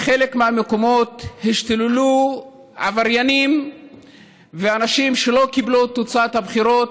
בחלק מהמקומות השתוללו עבריינים ואנשים שלא קיבלו את תוצאת הבחירות.